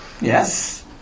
Yes